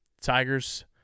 Tigers